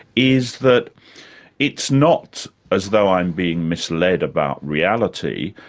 is that it's not as though i'm being misled about reality,